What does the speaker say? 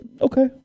okay